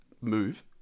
move